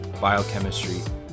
biochemistry